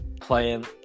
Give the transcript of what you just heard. playing